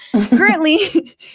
Currently